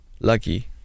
lucky